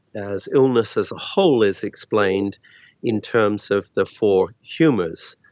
as illness as a whole is explained in terms of the four humours,